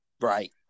Right